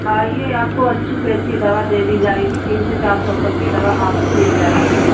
आइए आपको अच्छी से अच्छी दवा दे दी जाएगी तीन से चार सौ तक की दवा आपको मिल जाएगी